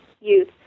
youth